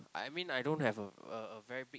I mean I don't have a a a very big